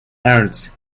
ernst